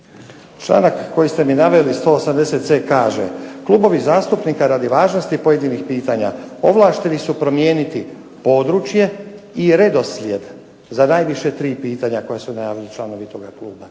Članak koji ste mi naveli 180.c kaže: "Klubovi zastupnika radi važnosti pojedinih pitanja, ovlašteni su promijeniti područje i redoslijed za najviše tri pitanja koja su najavili članovi toga kluba".